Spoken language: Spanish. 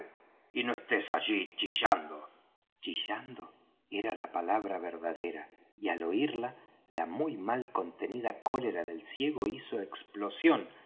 y no estés allí chillando chillando era la palabra verdadera y al oirla la muy mal contenida cólera del ciego hizo explosión